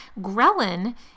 Ghrelin